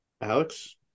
Alex